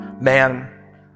Man